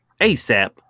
ASAP